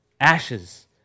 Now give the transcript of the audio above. Ashes